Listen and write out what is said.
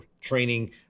training